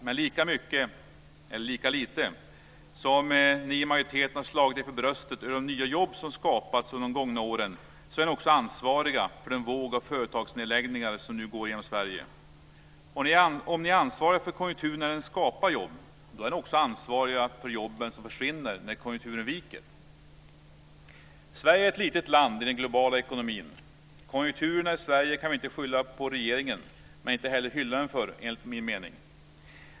Men lika mycket som ni i majoriteten har slagit er för bröstet över de nya jobb som skapats under de gångna åren är ni också ansvariga för den våg av företagsnedläggningar som nu går genom Sverige. Om ni är ansvariga för konjunkturen när den skapar jobb, då är ni också ansvariga för jobben som försvinner när konjunkturen viker. Sverige är ett litet land i den globala ekonomin. Konjunkturerna i Sverige kan vi inte skylla på regeringen men inte heller hylla den för, enligt min mening.